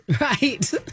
Right